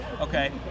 Okay